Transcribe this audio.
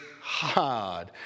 hard